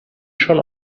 schon